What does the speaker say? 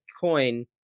coin